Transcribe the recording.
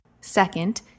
Second